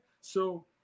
So-